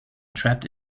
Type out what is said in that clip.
trapped